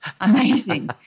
amazing